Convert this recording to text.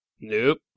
Nope